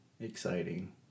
exciting